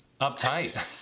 Uptight